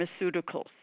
pharmaceuticals